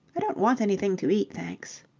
i don't want anything to eat, thanks.